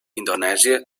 indonesia